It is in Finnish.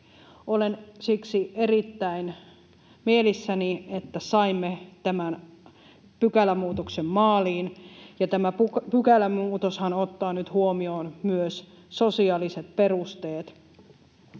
Olen siksi erittäin mielissäni, että saimme tämän pykälämuutoksen maaliin, ja tämä pykälämuutoshan ottaa nyt huomioon myös sosiaaliset perusteet,